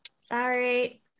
sorry